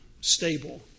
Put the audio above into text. stable